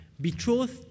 betrothed